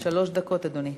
שלוש דקות, אדוני.